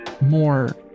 more